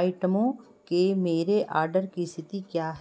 आइटमों के मेरे ऑर्डर की स्थिति क्या है